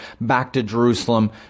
back-to-Jerusalem